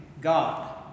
God